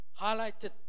highlighted